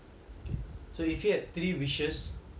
K so if you had three wishes